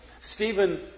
Stephen